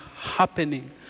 happening